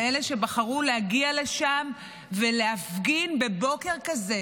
לאלה שבחרו להגיע לשם ולהפגין בבוקר כזה,